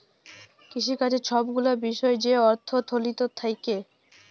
কিসিকাজের ছব গুলা বিষয় যেই অথ্থলিতি থ্যাকে